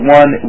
one